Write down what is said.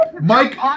Mike